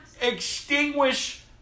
extinguish